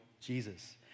Jesus